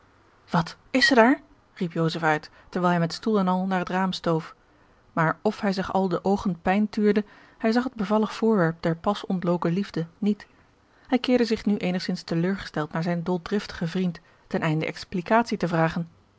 wat is ze daar riep joseph uit terwijl hij met stoel en al naar het raam stoof maar of hij zich al de oogen pijn tuurde hij zag het bevallig voorwerp der pas ontloken liefde niet hij keerde zich nu eenigzins teleurgesteld naar zijn doldriftigen vriend ten einde explicatie te vragen